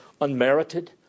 Unmerited